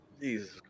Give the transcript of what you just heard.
Jesus